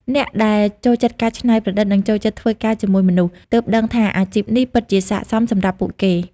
អ្នកដែលចូលចិត្តការច្នៃប្រឌិត និងចូលចិត្តធ្វើការជាមួយមនុស្ស ទើបដឹងថាអាជីពនេះពិតជាស័ក្តិសមសម្រាប់ពួកគេ។